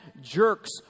jerks